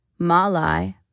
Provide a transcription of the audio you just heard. Malai